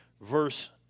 verse